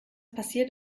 passiert